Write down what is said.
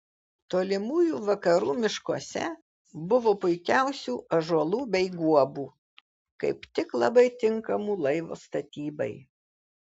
tolimųjų vakarų miškuose buvo puikiausių ąžuolų bei guobų kaip tik labai tinkamų laivo statybai